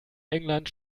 england